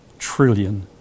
trillion